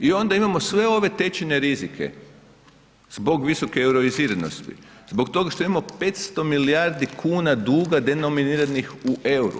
I onda imamo sve ove tečajne rizike zbog visoke euroiziranosti, zbog toga što imamo 500 milijardi kuna duga denominiranih u euru.